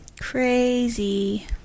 Crazy